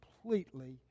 completely